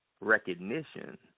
Recognition